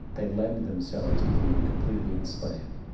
they lend themselves to being completely enslaved.